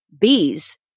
bees